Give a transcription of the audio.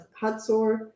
Hatzor